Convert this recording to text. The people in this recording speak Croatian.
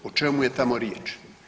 O čemu je tamo riječ?